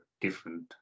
different